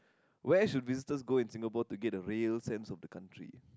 where should visitors go in Singapore to get a real sense of the country